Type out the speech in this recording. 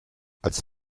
als